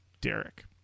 Derek